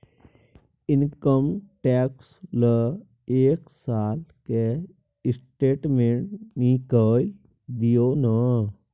Income tax ल एक साल के स्टेटमेंट निकैल दियो न?